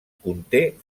conté